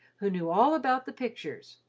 who knew all about the pictures,